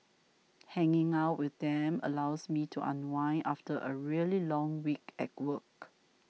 hanging out with them allows me to unwind after a really long week at work